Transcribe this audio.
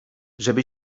żeby